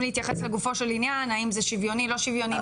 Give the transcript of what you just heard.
להתייחס לגופו של עניין האם זה שוויוני/לא שוויוני.